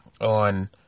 on